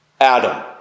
Adam